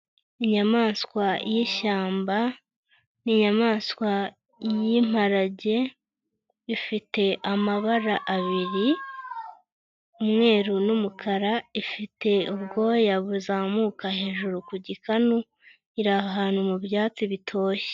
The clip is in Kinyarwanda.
Inyamanswa y'ishyamba, ni inyamanswa y'imparage, ifite amabara abiri umweru n'umukara, ifite ubwoya buzamuka hejuru ku gikanu, iri ahantu mu byatsi bitoshye.